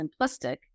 simplistic